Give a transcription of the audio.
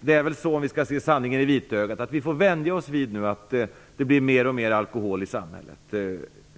Det är väl så, för att se sanningen i vitögat, att vi får vänja oss vid att det nu blir mer och mer alkohol i vårt samhälle.